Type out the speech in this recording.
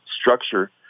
structure